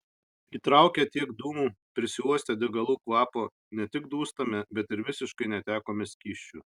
įtraukę tiek dūmų prisiuostę degalų kvapo ne tik dūstame bet ir visiškai netekome skysčių